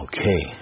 Okay